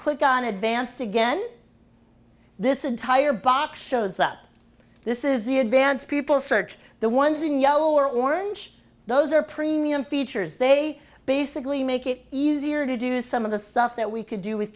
click on advanced again this entire box shows up this is the advance people search the ones in yellow or orange those are premium features they basically make it easier to do some of the stuff that we could do with